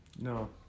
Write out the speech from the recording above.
no